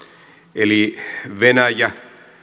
eli venäjä